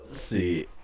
see